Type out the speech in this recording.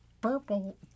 purple